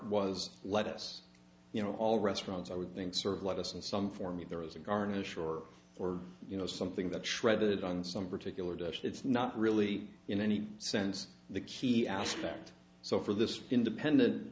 was let us you know all restaurants i would think serve lettuce and some for me there is a garnish or or you know something that shredded on some particular dish it's not really in any sense the key aspect so for this independent